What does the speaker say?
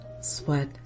sweat